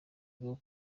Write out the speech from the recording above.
bwo